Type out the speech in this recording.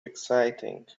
exciting